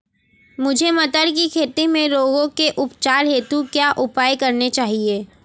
मुझे मटर की खेती में रोगों के उपचार हेतु क्या उपाय करने चाहिए?